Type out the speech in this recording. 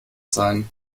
sein